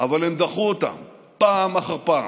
אבל הם דחו אותן פעם אחר פעם: